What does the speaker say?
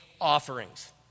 offerings